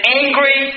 angry